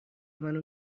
منو